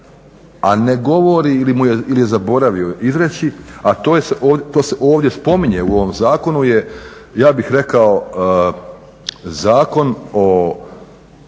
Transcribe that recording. a ne govori ili je zaboravio izreći a to se ovdje spominje u ovom zakonu je ja bih rekao Zakon o